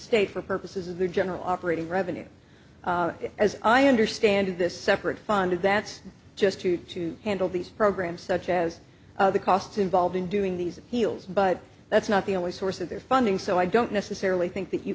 state for purposes of their general operating revenue as i understand it this separate fund that's just to to handle these programs such as the costs involved in doing these appeals but that's not the only source of their funding so i don't necessarily think that you